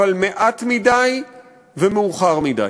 אבל מעט מדי ומאוחר מדי.